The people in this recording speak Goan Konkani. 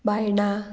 भायणां